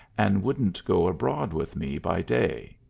and wouldn't go abroad with me by day.